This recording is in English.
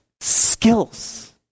skills